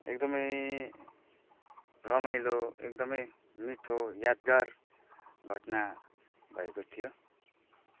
एकदमै रमाइलो एकदमै मिठो यादगार घटना भएको थियो